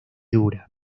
dura